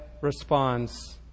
responds